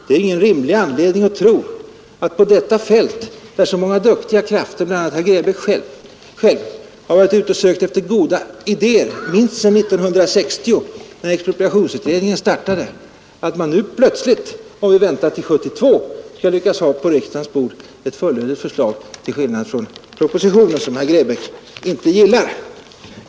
Det är ingen rimlig anledning att tro att vi på detta sätt — där så många duktiga krafter, bl.a. herr Grebäck själv, har varit ute och sökt efter goda idéer minst sedan 1960, när expropriationsutredningen startade — nu plötsligt, om vi väntar till 1972, skall lyckas ha ett fullödigt förslag på riksdagens bord i stället för propositionen, som herr Grebäck inte gillar.